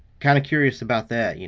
kind of curious about that. you know